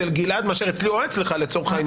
גלעד, מאשר אצלי, או אצלך לצורך העניין.